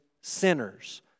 sinners